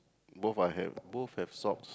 both I have both have socks